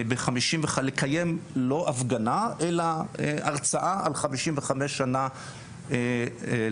לקיים לא הפגנה אלא הרצאה על חמישים וחמש שנה לכיבוש.